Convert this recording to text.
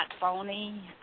phony